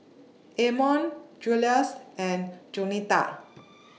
Amon Juluis and Juanita